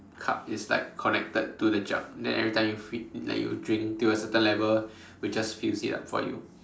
cup is like connected to the jug then every time you feel like you drink to a certain level it will just fills it up for you